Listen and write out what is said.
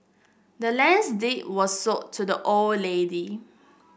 the land's deed was sold to the old lady